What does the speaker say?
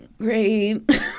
great